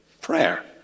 prayer